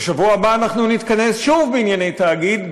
ובשבוע הבא אנחנו נתכנס שוב בענייני תאגיד,